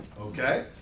okay